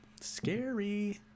Scary